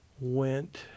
went